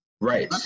Right